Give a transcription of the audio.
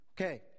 Okay